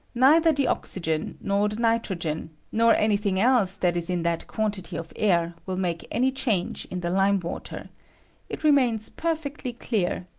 neither the oxygen nor the nitrogen, nor any thing else that is in that quantity of air, will make any change in the lime-water it remains perfectly clear,